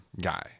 guy